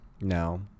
No